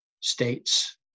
states